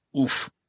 oof